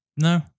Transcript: No